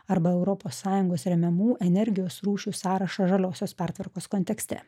arba europos sąjungos remiamų energijos rūšių sąrašą žaliosios pertvarkos kontekste